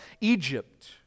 Egypt